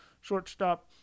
Shortstop